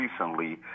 recently